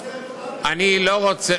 אני לא רוצה